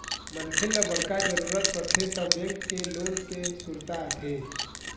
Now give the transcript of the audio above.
मनखे ल बड़का जरूरत परथे त बेंक के लोन के सुरता आथे